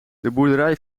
boerderij